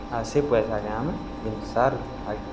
ଆଉ ସେ ପଏସାକେ ଆମେ ଯେନ୍ ସାର୍